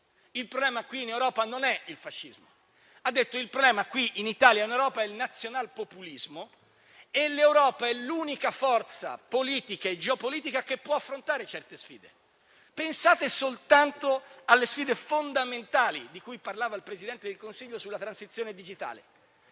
il problema in Italia e in Europa oggi non è il fascismo. Il problema in Italia e in Europa è il nazional-populismo e l'Europa è l'unica forza politica e geopolitica che può affrontare certe sfide. Pensate soltanto alle sfide fondamentali di cui parlava il Presidente del Consiglio sulla transizione digitale.